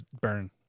burn